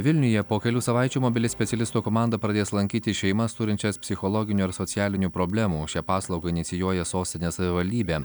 vilniuje po kelių savaičių mobili specialistų komanda pradės lankyti šeimas turinčias psichologinių ir socialinių problemų šią paslaugą inicijuoja sostinės savivaldybė